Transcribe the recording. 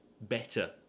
better